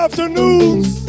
Afternoons